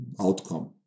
outcome